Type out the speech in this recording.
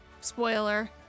spoiler